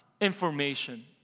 information